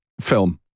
film